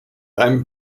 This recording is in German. einem